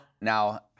Now